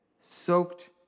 soaked